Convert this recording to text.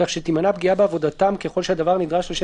כך שתימנע פגיעה בעבודתם ככל שהדבר נדרש לשם